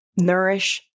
nourish